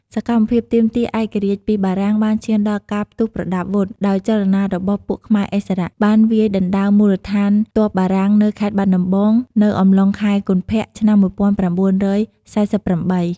សកម្មភាពទាមទារឯករាជ្យពីបារាំងបានឈានដល់ការផ្ទុះប្រដាប់វុធ ដោយចលនារបស់ពួកខ្មែរឥស្សរៈ បានវាយដណ្ដើមមូលដ្ឋានទ័ពបារាំងនៅ ខេត្តបាត់ដំបង នៅអំឡុងខែកុម្ភៈឆ្នាំ ១៩៤៨